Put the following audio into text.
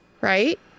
right